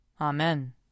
Amen